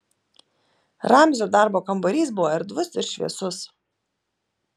ramzio darbo kambarys buvo erdvus ir šviesus